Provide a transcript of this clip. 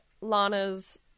Lana's